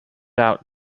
out